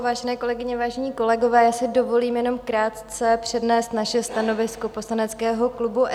Vážené kolegyně, vážení kolegové, já si dovolím jenom krátce přednést naše stanovisko poslaneckého klubu SPD.